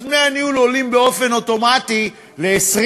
אז דמי הניהול עולים באופן אוטומטי ל-20%,